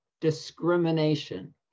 discrimination